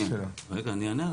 אני אענה על